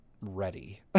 ready